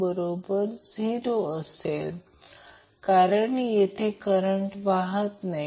तर Vab √3 in याचा अर्थ फेज व्होल्टेज आहे आणि Vab लाईन व्होल्टेज आहे